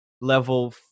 level